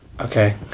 Okay